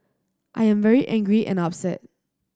I am very angry and upset